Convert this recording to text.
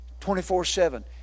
24-7